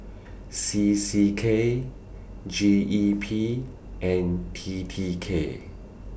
C C K G E P and T T K